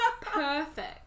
perfect